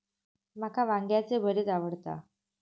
माका वांग्याचे भरीत आवडता